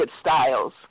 styles